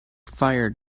fired